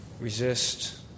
resist